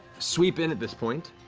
sweep in at this point,